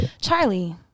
Charlie